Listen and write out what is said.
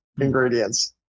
ingredients